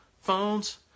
phones